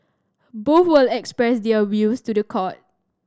both will express their views to the court